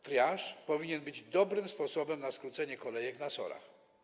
Triaż powinien być dobrym sposobem na skrócenie kolejek na SOR-ach.